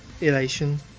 elation